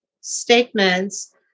statements